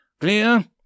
Clear